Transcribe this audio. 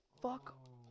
fuck